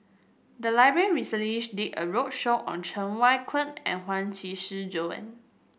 the library recently did a roadshow on Cheng Wai Keung and Huang Qishi Joan